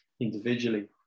individually